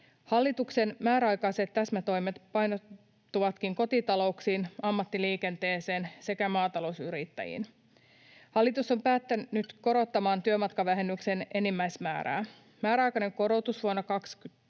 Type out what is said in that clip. Hallituksen määräaikaiset täsmätoimet painottuvatkin kotitalouksiin, ammattiliikenteeseen sekä maatalousyrittäjiin. Hallitus on päättänyt korottaa työmatkavähennyksen enimmäismäärää. Määräaikainen korotus vuonna 2022